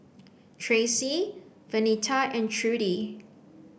Traci Vernita and Trudie